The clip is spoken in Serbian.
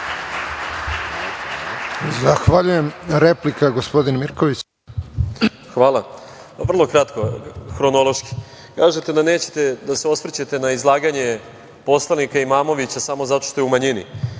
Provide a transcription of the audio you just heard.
Zahvaljujem. Replika, gospodin Mirković. **Aleksandar Mirković** Hvala. Vrlo kratko, hronološki. Kažete da nećete da se osvrćete na izlaganje poslanika Imamovića samo zato što je u manjini,